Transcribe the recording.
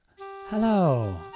Hello